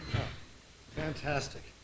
Fantastic